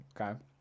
Okay